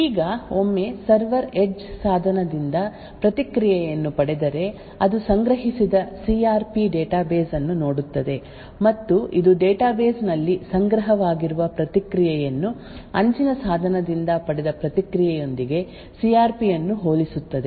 ಈಗ ಒಮ್ಮೆ server edge ಸಾಧನದಿಂದ ಪ್ರತಿಕ್ರಿಯೆಯನ್ನು ಪಡೆದರೆ ಅದು ಸಂಗ್ರಹಿಸಿದ ಸಿ ಆರ್ ಪಿ ಡೇಟಾಬೇಸ್ ಅನ್ನು ನೋಡುತ್ತದೆ ಮತ್ತು ಇದು ಡೇಟಾಬೇಸ್ ನಲ್ಲಿ ಸಂಗ್ರಹವಾಗಿರುವ ಪ್ರತಿಕ್ರಿಯೆಯನ್ನು ಅಂಚಿನ ಸಾಧನದಿಂದ ಪಡೆದ ಪ್ರತಿಕ್ರಿಯೆಯೊಂದಿಗೆ ಸಿ ಆರ್ ಪಿ ಅನ್ನು ಹೋಲಿಸುತ್ತದೆ